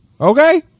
Okay